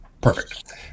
Perfect